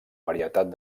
varietat